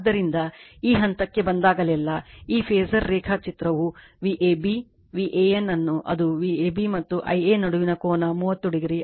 ಆದ್ದರಿಂದ ಈ ಹಂತಕ್ಕೆ ಬಂದಾಗಲೆಲ್ಲಾ ಈ ಫಾಸರ್ ರೇಖಾಚಿತ್ರವು Vab VAN ಅನ್ನು ಅದು Vab ಮತ್ತು Ia ನಡುವಿನ ಕೋನ 30o ಆಗಿದೆ